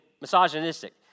misogynistic